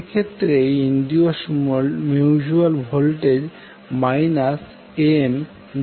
সেক্ষেত্রে induced mutual voltage Mdi2dt হবে